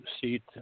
seat